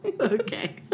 Okay